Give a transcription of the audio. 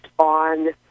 On